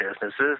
businesses